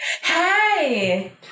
Hey